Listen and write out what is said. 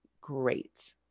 great